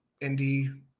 Indy